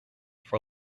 for